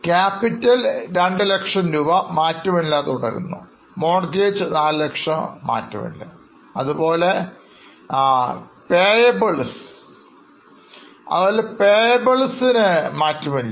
Capital 200000 മാറ്റമില്ലാതെ തന്നെ തുടരുന്നു Mortgages 400000 മാറ്റമില്ല അതുപോലെ Payables മാറ്റമില്ല